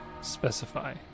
specify